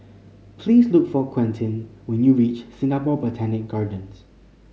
please look for Quentin when you reach Singapore Botanic Gardens